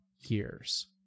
years